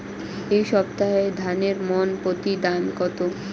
এই সপ্তাহে ধানের মন প্রতি দাম কত?